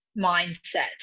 mindset